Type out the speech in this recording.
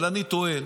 אבל אני טוען